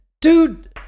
Dude